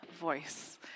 voice